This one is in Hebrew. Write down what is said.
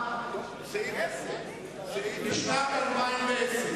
לשנת 2010,